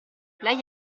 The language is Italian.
lei